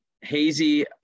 hazy